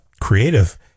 creative